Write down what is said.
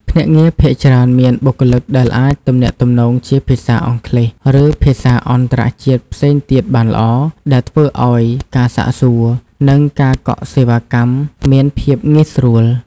ភ្នាក់ងារភាគច្រើនមានបុគ្គលិកដែលអាចទំនាក់ទំនងជាភាសាអង់គ្លេស ឬភាសាអន្តរជាតិផ្សេងទៀតបានល្អ ដែលធ្វើឲ្យការសាកសួរ និងការកក់សេវាកម្មមានភាពងាយស្រួល។